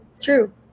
True